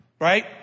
right